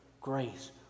grace